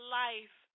life